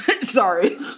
Sorry